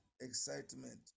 excitement